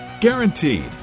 Guaranteed